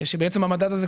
שבעצם המדד הזה,